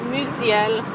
Musiel